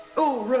oh,